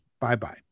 Bye-bye